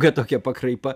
kad tokia pakraipa